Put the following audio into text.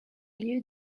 lieu